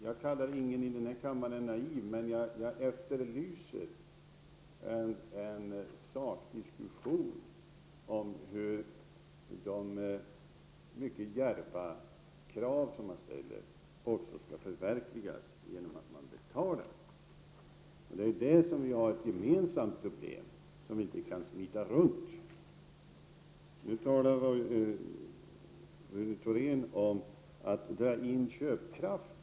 Jag kallar inte någon i den här kammaren naiv, men jag efterlyser en sakdiskussion om hur de mycket djärva krav som ställs också skall kunna förverkligas genom sin finansiering. Detta är ju vårt gemensamma problem, ett problem som vi inte kan smita runt. Rune Thorén talade nu om att ”dra in” köpkraft.